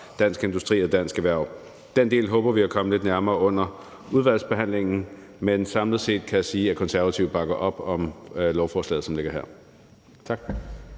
Dansk Industri og Dansk Erhverv. Den del håber vi at komme lidt nærmere under udvalgsbehandlingen. Men samlet set kan jeg sige, at Konservative bakker op om lovforslaget, som ligger her.